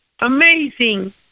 amazing